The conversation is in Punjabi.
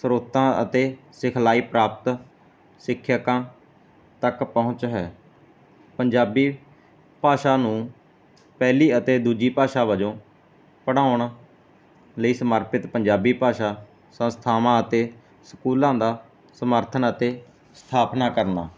ਸਰੋਤਾਂ ਅਤੇ ਸਿਖਲਾਈ ਪ੍ਰਾਪਤ ਸਿੱਖਿਆਕਾਂ ਤੱਕ ਪਹੁੰਚ ਹੈ ਪੰਜਾਬੀ ਭਾਸ਼ਾ ਨੂੰ ਪਹਿਲੀ ਅਤੇ ਦੂਜੀ ਭਾਸ਼ਾ ਵਜੋਂ ਪੜਾਉਣ ਲਈ ਸਮਰਪਿਤ ਪੰਜਾਬੀ ਭਾਸ਼ਾ ਸੰਸਸਥਾਵਾਂ ਅਤੇ ਸਕੂਲਾਂ ਦਾ ਸਮਰਥਨ ਅਤੇ ਸਥਾਪਨਾ ਕਰਨਾ